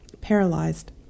paralyzed